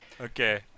Okay